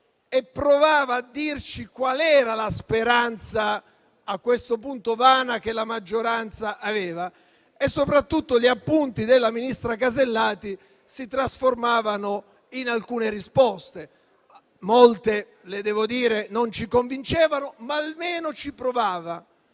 e provava a dirci qual era la speranza - a questo punto vana - che la maggioranza aveva. Soprattutto gli appunti della ministra Alberti Casellati si trasformavano in alcune risposte; molte, le devo dire, non ci convincevano, ma almeno ci provava.